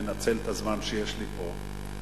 מנצל את הזמן שיש לי פה?